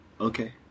okay